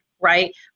right